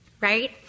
right